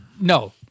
no